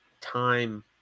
time